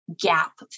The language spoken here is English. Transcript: gap